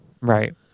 right